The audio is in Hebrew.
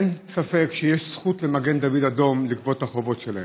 אין ספק שיש זכות למגן דוד אדום לגבות את החובות שלהם,